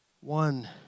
one